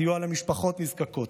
סיוע למשפחות נזקקות,